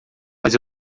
mas